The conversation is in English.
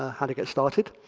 ah how to get started.